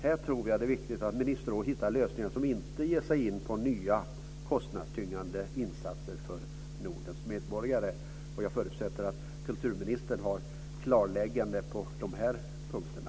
Här tror jag att det är viktigt att ministerrådet hittar lösningar som inte innebär nya kostnadstyngande insatser för Nordens medborgare. Jag förutsätter att kulturministern har ett klarläggande på de här punkterna.